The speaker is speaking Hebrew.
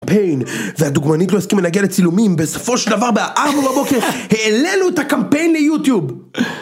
והדוגמנית לא הסכימה להגיע לצילומים, בסופו של דבר בארבע הבוקר העלינו את הקמפיין ליוטיוב!